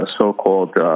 so-called